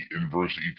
inverse